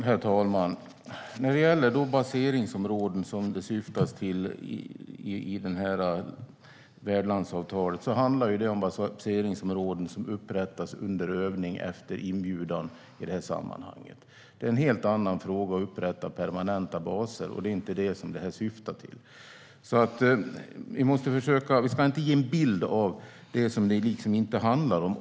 Herr talman! När det gäller de baseringsområden som tas upp i värdlandsavtalet handlar det i detta sammanhang om baseringsområden som upprättas under övning efter inbjudan. Det är en helt annan fråga att upprätta permanenta baser, och det är inte vad detta syftar till. Vi ska inte ge en bild av något som det inte handlar om.